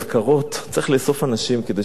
צריך לאסוף אנשים כדי שיבואו למניין.